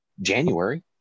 January